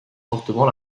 fortement